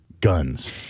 guns